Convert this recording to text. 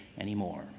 anymore